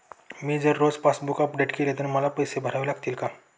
मी जर रोज passbook update केले तर मला पैसे भरावे लागतील का?